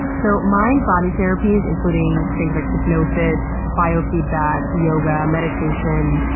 so, mind body therapies including things like hypnosis, biofeedback, yoga, meditation,